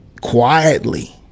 quietly